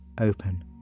open